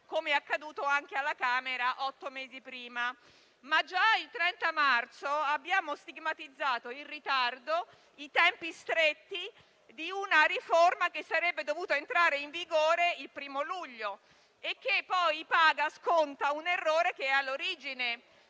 come accaduto anche alla Camera otto mesi prima. Già il 30 marzo, però, abbiamo stigmatizzato il ritardo e i tempi stretti di una riforma che sarebbe dovuta entrare in vigore il primo luglio e che sconta un errore all'origine,